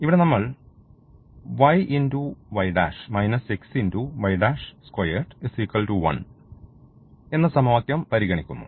ഇവിടെ നമ്മൾ ഈ എന്ന സമവാക്യം പരിഗണിക്കുന്നു